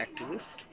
activist